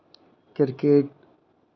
cricket